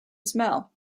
smell